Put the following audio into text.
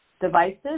devices